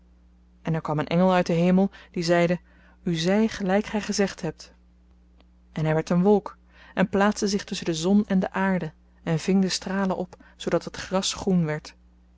en er kwam een engel uit den hemel die zeide u zy gelyk gy gezegd hebt en hy werd een wolk en plaatste zich tusschen de zon en de aarde en ving de stralen op zoodat het gras groen werd